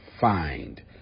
find